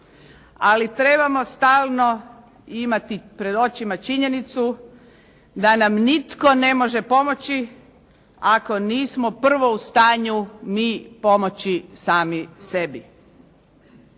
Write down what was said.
ali trebamo stalno imati pred očima činjenicu da nam nitko ne može pomoći ako nismo prvo u stanju mi pomoći sami sebi.